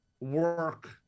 work